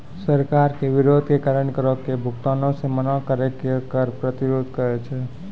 सरकार के विरोध के कारण करो के भुगतानो से मना करै के कर प्रतिरोध कहै छै